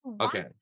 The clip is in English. okay